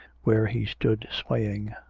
where he stood swaying.